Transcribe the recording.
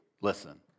listen